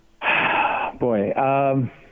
Boy